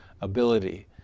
ability